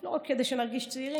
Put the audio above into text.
לא רק כדי שנרגיש צעירים,